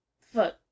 fuck